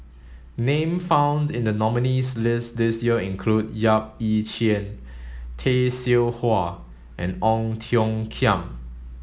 name found in the nominees' list this year include Yap Ee Chian Tay Seow Huah and Ong Tiong Khiam